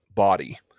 body